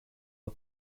her